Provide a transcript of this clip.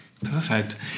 Perfect